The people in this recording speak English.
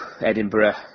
edinburgh